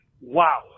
Wow